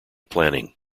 planning